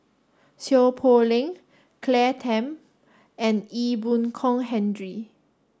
Seow Poh Leng Claire Tham and Ee Boon Kong Henry